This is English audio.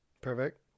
Perfect